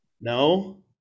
No